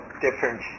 different